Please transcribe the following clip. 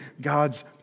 God's